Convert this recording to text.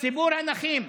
ציבור הנכים,